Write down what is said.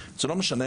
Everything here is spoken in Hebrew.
זה לא משנה